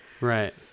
Right